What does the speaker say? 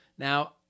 Now